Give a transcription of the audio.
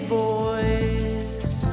boys